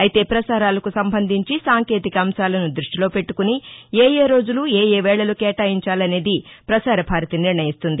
అయితే ప్రసారాలకు సంబంధించి సాంకేతిక అంశాలను దృష్టిలో పెట్టుకుని ఏయే రోజులు ఏయే వేళలు కేటాయించాలనేది పసార భారతి నిర్ణయిస్తుంది